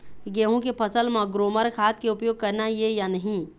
गेहूं के फसल म ग्रोमर खाद के उपयोग करना ये या नहीं?